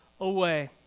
away